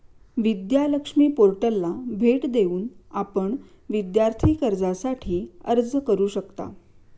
विद्या लक्ष्मी पोर्टलला भेट देऊन आपण विद्यार्थी कर्जासाठी अर्ज करू शकता